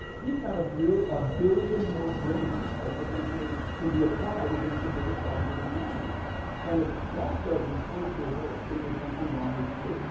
we've got a a billion more brains that potentially can be applied against the biggest problems of humanity and if that doesn't float your boat then there's something wrong with you.